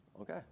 Okay